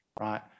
right